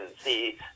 see